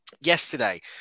yesterday